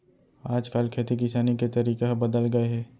आज काल खेती किसानी के तरीका ह बदल गए हे